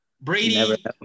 Brady